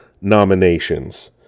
nominations